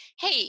hey